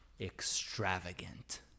extravagant